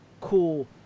cool